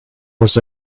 was